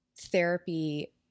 therapy